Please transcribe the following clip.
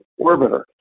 Orbiter